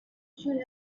should